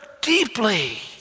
deeply